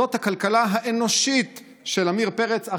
זאת הכלכלה האנושית של עמיר פרץ.